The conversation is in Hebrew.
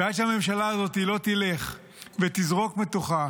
ועד שהממשלה הזאת לא תלך ותזרוק מתוכה